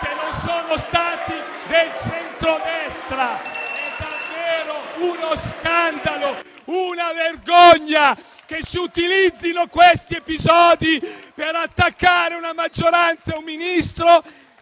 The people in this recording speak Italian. che non sono stati del centrodestra è davvero uno scandalo *(Proteste)*! È una vergogna che si utilizzino questi episodi per attaccare una maggioranza e un Ministro!